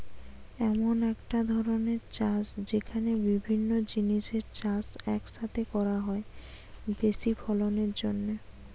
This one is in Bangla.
এমন একটা ধরণের চাষ যেখানে বিভিন্ন জিনিসের চাষ এক সাথে করা হয় বেশি ফলনের জন্যে